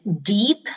deep